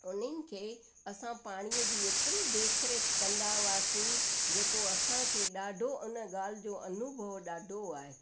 उन्हनि खे असां पाणीअ जी एतिरी देख रेख कंदा हुआसीं जेको असांखे ॾाढो उन ॻाल्हि जो अनुभव ॾाढो आहे